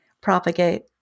propagate